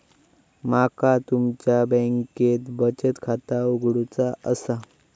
माका तुमच्या बँकेत बचत खाता उघडूचा असा?